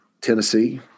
Tennessee